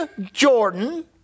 Jordan